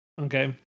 Okay